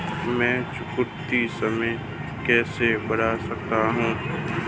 मैं चुकौती समय कैसे बढ़ा सकता हूं?